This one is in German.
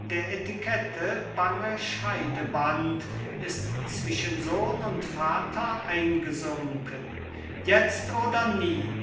der etikette bange scheidewand ist zwischen sohn und vater eingesunken jetzt oder nie